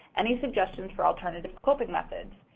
any suggestions for alternative coping methods?